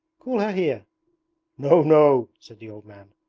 call her here no, no said the old man.